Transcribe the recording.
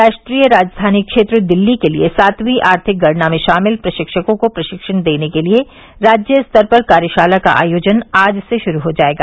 राष्ट्रीय राजधानी क्षेत्र दिल्ली के लिए सातवीं आर्थिक गणना में शामिल प्रशिक्षकों को प्रशिक्षण देने के लिए राज्य स्तर पर कार्यशाला का आयोजन आज से शुरू हो जाएगा